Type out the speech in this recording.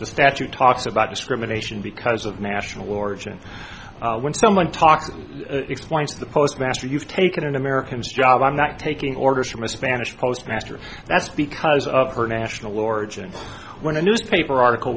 the statute talks about discrimination because of national origin when someone talks and explains to the postmaster you've taken an americans job i'm not taking orders from a spanish postmaster that's because of her national origin when a newspaper article